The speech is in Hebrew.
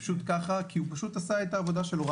פשוט ככה כי הוא פשוט עשה את העבודה שלו.